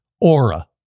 Aura